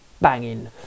banging